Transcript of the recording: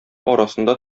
арасында